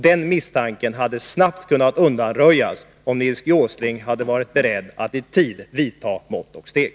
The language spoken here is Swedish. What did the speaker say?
Den misstanken hade snabbt kunnat undanröjas, om Nils G. Åsling varit beredd att i tid vidta mått och steg.